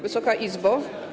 Wysoka Izbo!